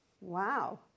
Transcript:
Wow